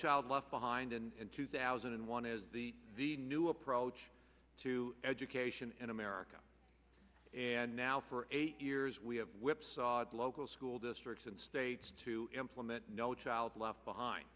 child left behind in two thousand and one is the the new approach to education in america and now for eight years we have whipsawed local school districts and states to implement no child left behind